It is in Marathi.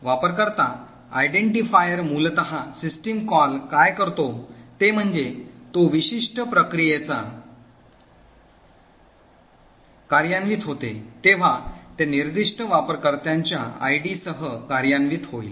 वापरकर्ता identifier मूलत सिस्टम कॉल काय करतो ते म्हणजे तो विशिष्ट प्रक्रियेचा वापरकर्ता आयडी सेट करण्यासाठी असतो म्हणून जेव्हा जेव्हा ही प्रक्रिया कार्यान्वित होते तेव्हा ते निर्दिष्ट वापरकर्त्याच्या आयडीसह कार्यान्वित होईल